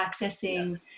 accessing